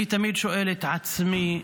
אני תמיד שואל את עצמי,